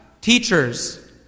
teachers